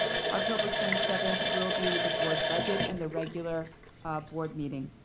october twenty seventh will be the board budget and the regular board meeting.